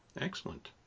Excellent